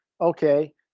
Okay